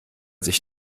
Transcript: sich